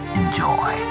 enjoy